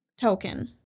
token